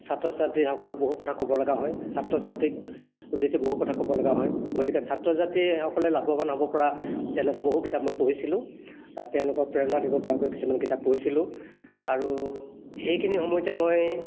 ছাত্ৰ ছাত্ৰীসকলক বহু কথা ক'ব লগা হয় ছাত্ৰ ছাত্ৰীক উদ্দেশ্যি বহু কথা ক'ব লগা হয় গতিকে ছাত্ৰ ছাত্ৰীসকলে লাভৱান হ'ব পৰা তেনেকুৱা বহু কিতাপ মই পঢ়িছিলোঁ তেওঁলোকক প্ৰেৰণা দিব পৰাকৈ কিছুমান কিতাপ পঢ়িছিলোঁ আৰু সেইখিনি সময়তে মই